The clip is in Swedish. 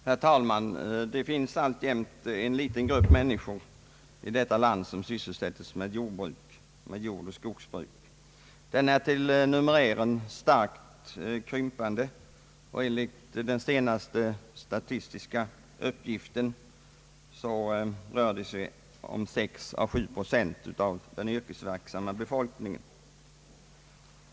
Herr talman! Det finns alltjämt en liten grupp människor i detta land som sysselsätter sig med jordoch skogsbruk. Den är till numerären starkt krympande, och enligt den senaste statistiska uppgiften rör det sig om 6 å 7 procent av den yrkesverksamma befolkningen.